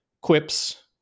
quips